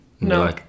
No